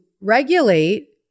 regulate